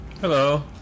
Hello